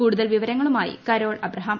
കൂടുതൽ വിവരങ്ങളുമായി കരോൾ അബ്രഹാം